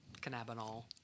Cannabinol